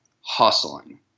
hustling